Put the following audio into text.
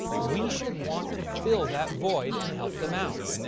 we should want to fill that void and help them out.